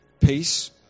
peace